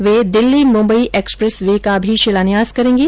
वे Delhi Mumbai expressway का भी शिलान्यास करेंगे